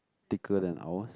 thicker than ours